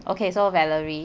okay so valerie